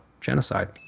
genocide